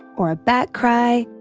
or a bat cry,